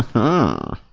and